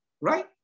right